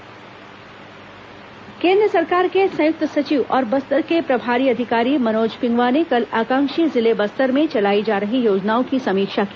मनोज पिंग्आ समीक्षा केंद्र सरकार के संयुक्त सचिव और बस्तर के प्रभारी अधिकारी मनोज पिंगुआ ने कल आकांक्षी जिले बस्तर में चलाई जा रही योजनाओं की समीक्षा की